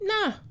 Nah